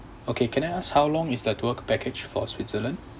okay can I ask how long is the tour package for switzerland